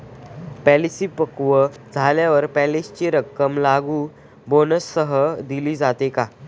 Policy पक्व झाल्यावर पॉलिसीची रक्कम लागू बोनससह दिली जाते का?